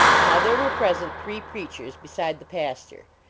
now, there were present three preachers beside the pastor,